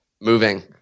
moving